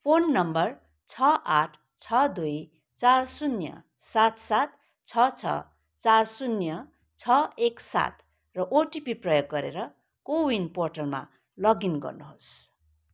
phone number छ आठ छ दुई चार शून्य सात सात छ छ चार शून्य छ एक सात र ओटिपी प्रयोग गरेर को विन पोर्टलमा लगइन गर्नुहोस्